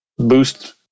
boost